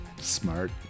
smart